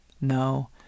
No